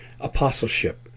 apostleship